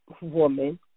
woman